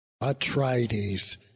Atrides